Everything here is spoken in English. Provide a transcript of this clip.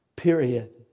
period